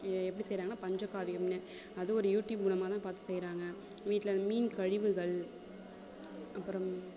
எப்படி செய்கிறாங்கன்னா பஞ்சகாவியம்னு அதுவும் ஒரு யூடியூப் மூலமாக தான் பார்த்து செய்கிறாங்க வீட்டில் அந்த மீன் கழிவுகள் அப்புறம்